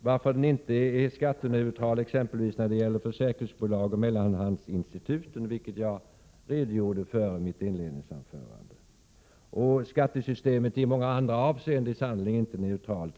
varför den inte är skatteneutral exempelvis när det gäller försäkringsbolagen och mellanhandsinstituten. Att det förhåller sig så redogjorde jag för i mitt inledningsanförande. Skattesystemet är i många avseenden sannerligen inte neutralt.